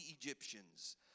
Egyptians